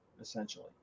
Essentially